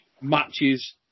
matches